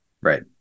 Right